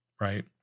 right